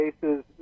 cases